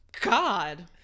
God